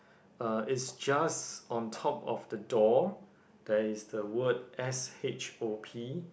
uh it's just on top of the door there is the word S H O P